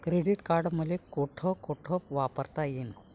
Credit card मले कोठ कोठ वापरता येईन?